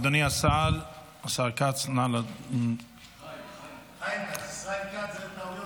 אדוני השר כץ, נא, חיים כץ, זה טעויות.